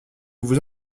vous